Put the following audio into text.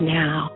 now